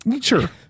sure